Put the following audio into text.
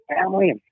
family